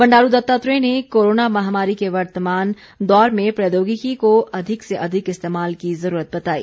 बंडारू दत्तात्रेय ने कोरोना महामारी के वर्तमान दौर में प्रौद्योगिकी को अधिक से अधिक इस्तेमाल की जरूरत बताई